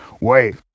Wait